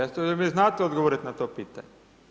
Jel mi znate odgovoriti na to pitanje?